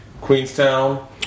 Queenstown